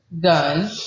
gun